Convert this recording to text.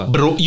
Bro